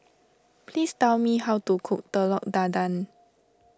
please tell me how to cook Telur Dadah